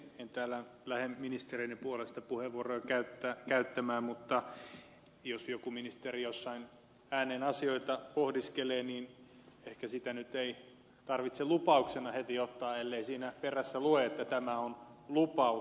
en täällä lähde ministereiden puolesta puheenvuoroja käyttämään mutta jos joku ministeri jossain ääneen asioita pohdiskelee niin ehkä sitä nyt ei tarvitse lupauksena heti ottaa ellei siinä perässä lue että tämä on lupaus